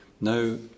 no